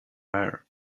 her